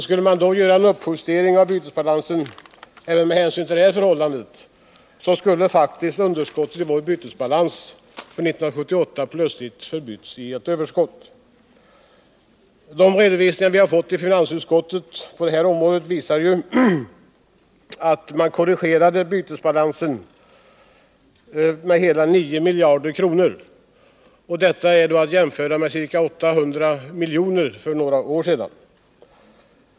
Skulle man göra en uppjustering av bytesbalanssaldot även med hänsyn till detta förhållande, så skulle faktiskt underskottet i vår bytesbalans för 1978 plötsligt ha förbytts i ett överskott. De redovisningar vi fått i finansutskottet på det här området visar att man korrigerade bytesbalansen med hela 9 miljarder kronor. Detta är att jämföra med ca 800 miljoner för några år sedan.